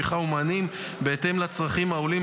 לתמיכה ולמענים בהתאם לצרכים העולים,